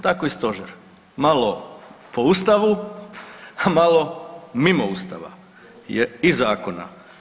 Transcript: Tako i stožer, malo po ustavu, a malo mimo ustava i zakona.